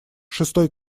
шестой